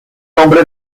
nombre